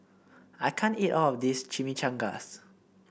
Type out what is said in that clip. I can't eat all of this Chimichangas